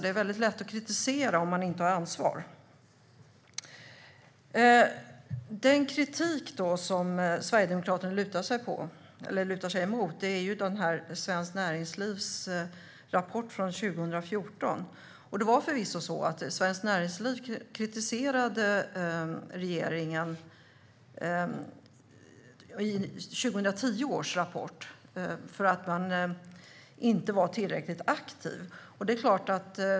Det är väldigt lätt att kritisera om man inte har ansvar. Den kritik som Sverigedemokraterna lutar sig mot är Svenskt Näringslivs rapport från 2014. Det var förvisso så att Svenskt Näringsliv kritiserade regeringen i 2010 års rapport därför att regeringen inte var tillräcklig aktiv.